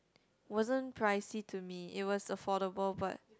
wasn't pricey to me it was affordable but